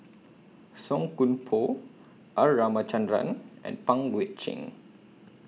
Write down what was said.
Song Koon Poh R Ramachandran and Pang Guek Cheng